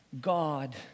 God